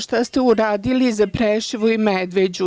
Šta ste uradili za Preševo i Medveđu?